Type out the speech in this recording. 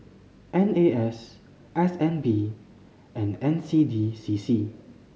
N A S S N B and N C D C C